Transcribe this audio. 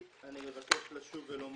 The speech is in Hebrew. אני לא בעמדה,